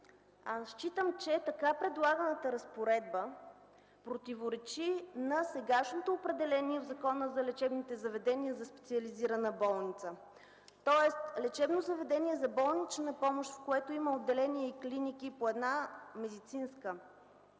Считам, че така предлаганата разпоредба противоречи на сегашното определение в Закона за лечебните заведения за специализирана болница, тоест лечебно заведение за болнична помощ, в което има отделение и клиники по една медицинска